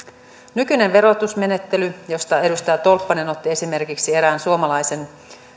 nykyinen verotusmenettely josta edustaja tolppanen otti esimerkiksi erään suomalaisen